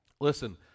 listen